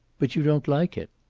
but you don't like it!